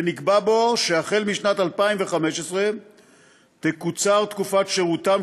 ונקבע בו כי החל משנת 2015 תקוצר תקופת שירותם